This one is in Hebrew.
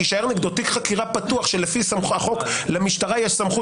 יישאר נגדו תיק חקירה פתוח שלפי החוק למשטרה יש סמכות